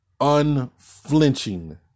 unflinching